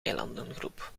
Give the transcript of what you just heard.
eilandengroep